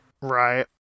Right